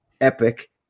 epic